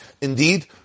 Indeed